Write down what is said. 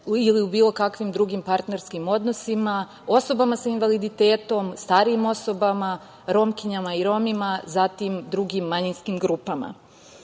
ili u bilo kakvim drugim partnerskim odnosima, osobama sa invaliditetom, starijim osobama, Romkinjama i Romima, zatim drugim manjinskim grupama. Kada